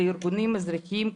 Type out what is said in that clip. לארגונים האזרחיים,